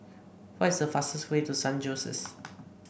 what is the fastest way to San Jose